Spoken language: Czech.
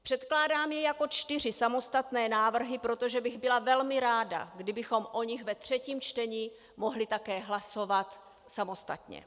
Předkládám je jako čtyři samostatné návrhy, protože bych byla velmi ráda, kdybychom o nich ve třetím čtení mohli také hlasovat samostatně.